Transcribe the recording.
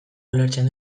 ulertzen